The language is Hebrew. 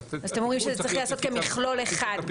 אז אתם אומרים שצריך לעשות כמכלול אחד.